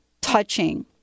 touching